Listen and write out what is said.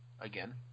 again